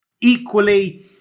Equally